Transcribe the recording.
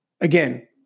Again